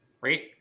right